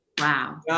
Wow